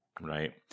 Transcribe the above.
Right